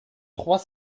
trois